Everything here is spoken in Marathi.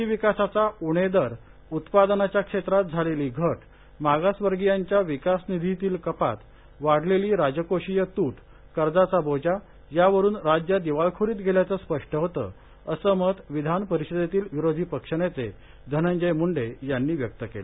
कृषी विकासाचा उणे दर उत्पादनाच्या क्षेत्रात झालेली घट मागासवर्गीयांच्या विकासनिधीतील कपात वाढलेली राजकोषीय तूट कर्जाचा बोजा यावरून राज्य दिवाळखोरीत गेल्याचं स्पष्ट होतं असं मत विधान परिषदेतील विरोधी पक्षनेते धनंजय मुंडे यांनी व्यक्त केलं